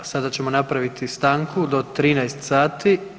Sada ćemo napraviti stanku do 13 sati.